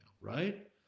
right